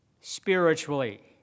spiritually